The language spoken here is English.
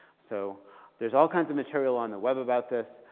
so there's all kinds of material on the web about this.